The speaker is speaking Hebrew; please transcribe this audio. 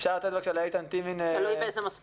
אפשר לתת לאיתן טימן לדבר?